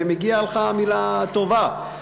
ומגיעה לך מילה טובה.